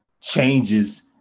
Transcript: changes